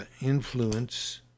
influence